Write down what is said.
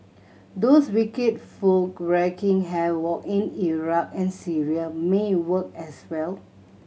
those wicked folk wreaking havoc in Iraq and Syria may work as well